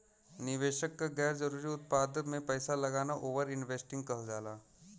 निवेशक क गैर जरुरी उत्पाद में पैसा लगाना ओवर इन्वेस्टिंग कहल जाला